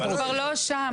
זה כבר לא שם.